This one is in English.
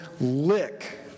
lick